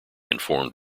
informed